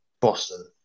Boston